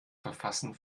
verfassen